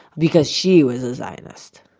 because she was a zionist.